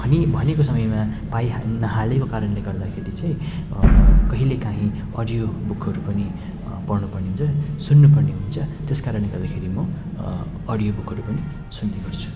भनी भनिएको समयमा पाइहाले नहालेको कारणले गर्दा चाहिँ कहिलेकाहीँ अडियो बुकहरू पनि पढ्नुपर्ने हुन्छ सुन्नुपर्ने हुन्छ त्यस कारणले गर्दाखेरि म अडियो बुकहरू पनि सुन्ने गर्छु